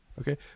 Okay